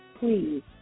please